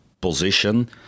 position